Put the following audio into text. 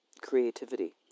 creativity